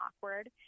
awkward